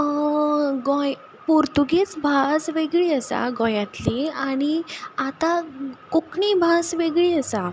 पोर्तुगीज भास वेगळी आसा गोंयांतली आनी आतां कोंकणी भास वेगळी आसा